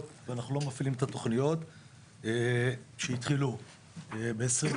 ושאנחנו לא מפעילים את התוכניות שהחלו ב-2022.